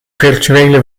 virtuele